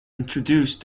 introduced